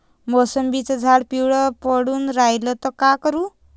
मोसंबीचं झाड पिवळं पडून रायलं त का करू?